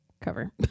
cover